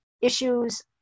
issues